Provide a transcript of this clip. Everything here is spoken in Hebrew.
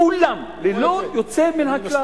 כולן, ללא יוצא מן הכלל.